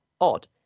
odd